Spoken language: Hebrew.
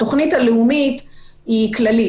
התוכנית הלאומית היא כללית,